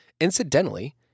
Incidentally